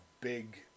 big